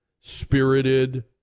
spirited